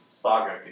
saga